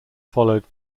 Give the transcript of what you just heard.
followed